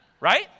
Right